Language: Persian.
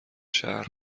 شهر